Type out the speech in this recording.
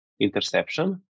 interception